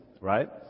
right